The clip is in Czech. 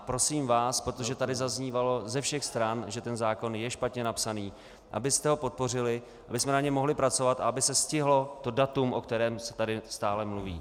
Prosím vás, protože tady zaznívalo ze všech stran, že zákon je špatně napsaný, abyste ho podpořili, abychom na něm mohli pracovat a aby se stihlo datum, o kterém se tady stále mluví.